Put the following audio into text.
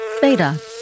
beta